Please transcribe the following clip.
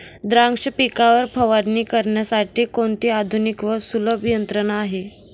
द्राक्ष पिकावर फवारणी करण्यासाठी कोणती आधुनिक व सुलभ यंत्रणा आहे?